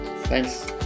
Thanks